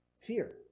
Fear